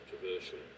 controversial